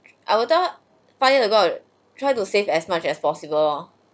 I will thought fired about try to save as much as possible